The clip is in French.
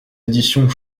éditions